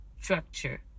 structure